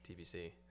tbc